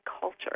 culture